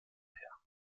her